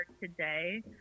today